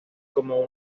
como